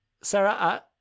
Sarah